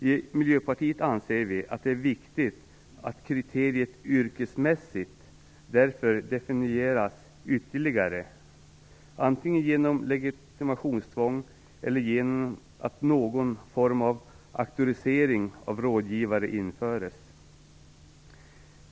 I Miljöpartiet anser vi att det är viktigt att kriteriet yrkesmässigt därför definieras ytterligare, antingen genom legitimationstvång eller genom att någon form av auktorisering av rådgivare införs.